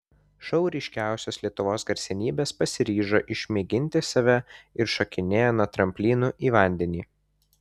šou ryškiausios lietuvos garsenybės pasiryžo išmėginti save ir šokinėja nuo tramplinų į vandenį